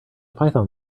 python